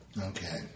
Okay